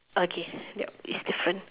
okay yup it's different